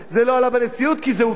זה לא עלה בנשיאות כי זה הוצמד.